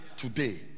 today